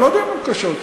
אני לא יודע אם הן קשות,